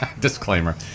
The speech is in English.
Disclaimer